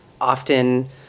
often